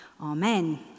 Amen